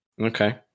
Okay